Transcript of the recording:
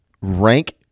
Rank